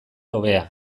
hobea